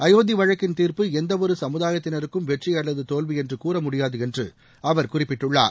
அயோத்தி வழக்கின் தீர்ப்பு எந்த ஒரு சமுதாயத்தினருக்கும் வெற்றி அல்லது தோல்வி என்று கூற முடியாது என்று அவர் குறிப்பிட்டுள்ளார்